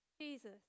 Jesus